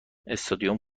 استادیوم